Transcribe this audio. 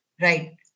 right